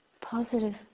positive